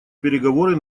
переговоры